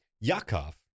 Yakov